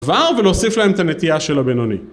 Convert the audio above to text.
כבר ולהוסיף להם את הנטייה של הבינוני.